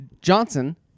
Johnson